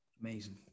Amazing